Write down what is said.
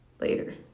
Later